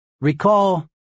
Recall